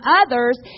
others